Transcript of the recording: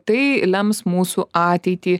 tai lems mūsų ateitį